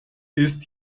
ist